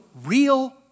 real